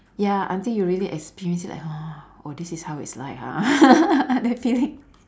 ya until you really experience it like oh this is how it's like ah that feeling